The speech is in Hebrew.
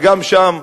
וגם שם,